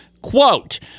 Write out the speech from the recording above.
Quote